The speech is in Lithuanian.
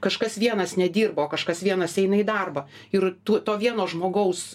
kažkas vienas nedirba o kažkas vienas eina į darbą ir tu to vieno žmogaus